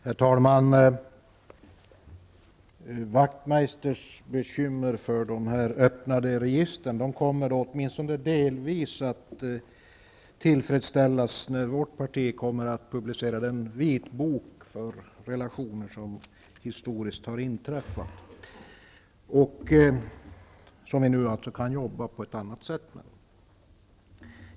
Herr talman! Ian Wachtmeisters bekymmer för de öppnade registren kommer åtminstone delvis att skingras när vårt parti publicerar en vitbok över de relationer som historiskt har förevarit och som vi nu kan arbeta med på ett annat sätt.